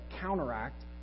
counteract